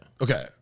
Okay